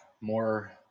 more